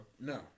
No